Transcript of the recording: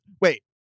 Wait